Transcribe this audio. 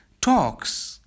talks